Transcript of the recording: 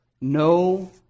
no